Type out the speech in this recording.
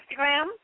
Instagram